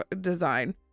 design